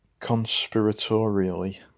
conspiratorially